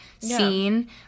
scene